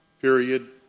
Period